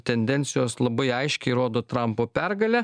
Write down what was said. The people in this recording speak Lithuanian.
tendencijos labai aiškiai rodo trampo pergalę